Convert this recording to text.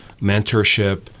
mentorship